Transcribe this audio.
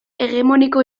hegemoniko